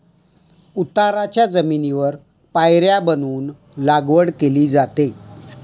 उताराच्या जमिनीवर पायऱ्या बनवून लागवड केली जाते